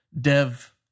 dev